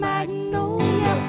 Magnolia